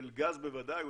של גז בוודאי,